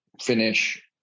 finish